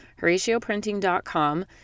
HoratioPrinting.com